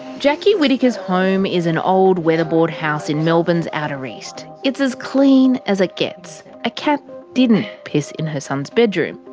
jacki whittaker's home is an old weatherboard house in melbourne's outer east. it's as clean as it gets. a cat didn't piss in her son's bedroom.